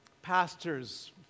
pastors